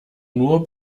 nur